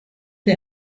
der